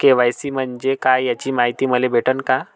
KYC म्हंजे काय याची मायती मले भेटन का?